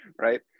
Right